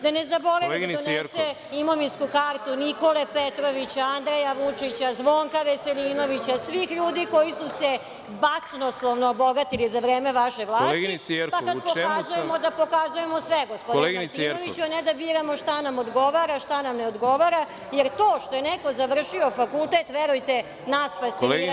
Da ne zaboravi da donese imovinsku kartu Nikole Petrovića, Andreja Vučića, Zvonka Veselinovića, svih ljudi koji su se basnoslovno obogatili za vreme vaše vlasti pa kada pokazujemo da pokazujemo sve, gospodine Martinoviću, a ne da biramo šta nam odgovara, šta nam ne odgovara, jer to što je neko završio fakultet, verujte, nas fascinirati neće.